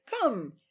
Come